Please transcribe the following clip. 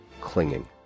clinging